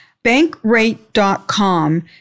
bankrate.com